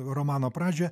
romano pradžią